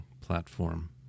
platform